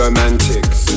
Romantics